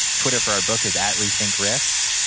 twitter for our book is at rethinkrisk.